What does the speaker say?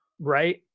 Right